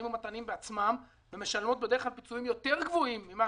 ומתנים בעצמן ומשלמות בדרך כלל פיצויים גבוהים יותר ממה